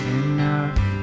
enough